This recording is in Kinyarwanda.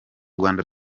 rwanda